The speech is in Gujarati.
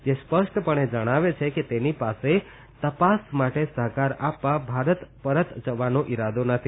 જે સ્પષ્ટપણે જણાવે છે કે તેની પાસે તપાસ માટે સહકાર આપવા ભારત પરત જવાનો ઇરાદો નથી